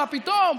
מה פתאום,